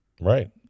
Right